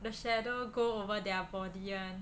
the shadow go over their body [one]